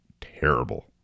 terrible